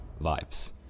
vibes